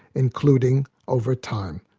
including, over time,